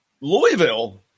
Louisville